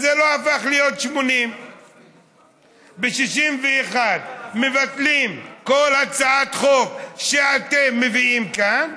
אז זה לא הפך להיות 80. ב-61 מבטלים כל הצעת חוק שאתם מביאים כאן,